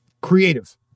creative